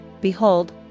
Behold